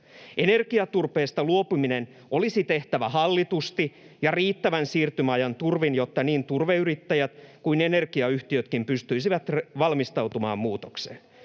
Energiaturpeesta luopuminen olisi tehtävä hallitusti ja riittävän siirtymäajan turvin, jotta niin turveyrittäjät kuin energiayhtiötkin pystyisivät valmistautumaan muutokseen.